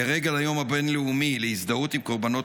לרגל היום הבין-לאומי להזדהות עם קורבנות